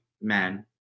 men